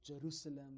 Jerusalem